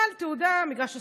אבל תעודה, בריכת הסולטן,